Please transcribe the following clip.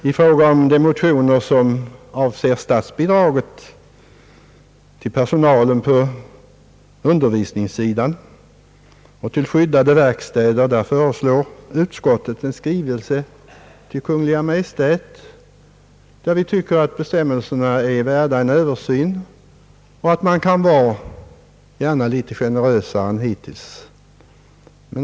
I fråga om de motioner som rör statsbidrag till personalen på undervisningssidan och till skyddade verkstäder föreslår utskottet en skrivelse till Kungl. Maj:t om att utskottet anser att bestämmelserna är värda en översyn och att man gärna kan vara litet generösare än hittills.